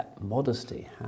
modesty